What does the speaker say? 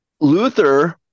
Luther